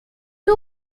two